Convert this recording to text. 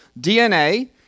DNA